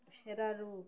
সেরা রুট